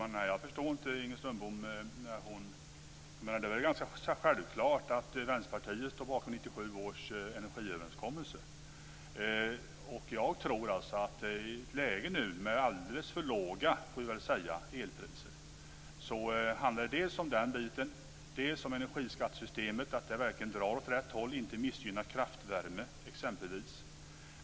Fru talman! Jag förstår inte Inger Strömbom. Det är väl ganska självklart att Vänsterpartiet står bakom 1997 års energiöverenskommelse. Nu har vi ett läge med, får vi väl säga, alldeles för låga elpriser. Då handlar det dels om den biten, dels om energiskattesystemet, att det verkligen drar åt rätt håll och inte missgynnar exempelvis kraftvärme.